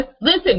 Listen